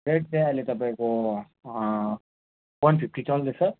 rate चाहिँ अहिले तपाईँको वान फिफ्टी चल्दैछ